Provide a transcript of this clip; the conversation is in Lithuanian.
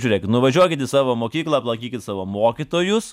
žiūrėk nuvažiuokit į savo mokyklą aplankykit savo mokytojus